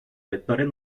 vectores